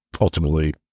ultimately